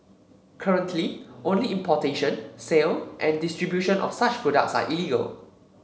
currently only importation sale and distribution of such products are illegal